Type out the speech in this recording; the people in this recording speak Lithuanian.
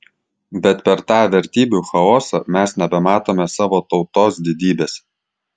bet per tą vertybių chaosą mes nebematome savo tautos didybės